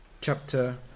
chapter